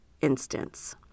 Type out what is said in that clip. instance